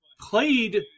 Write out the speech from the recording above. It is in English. played